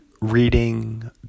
reading